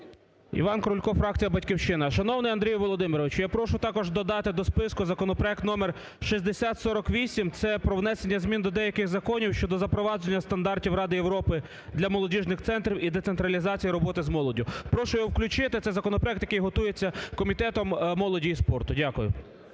Іван Крулько, фракція "Батьківщина". Шановний Андрію Володимировичу, я прошу також додати до списку законопроект номер 6048, це про внесення змін до деяких законів (щодо запровадження стандартів Ради Європи для молодіжних центрів і децентралізації роботи з молоддю). Прошу його включити. Це законопроект, який готується комітетом молоді і спорту. Дякую.